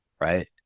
Right